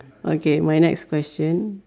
okay my next question